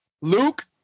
Luke